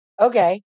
Okay